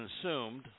consumed